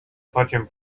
facem